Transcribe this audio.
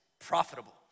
profitable